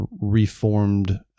reformed